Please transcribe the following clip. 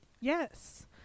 Yes